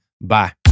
Bye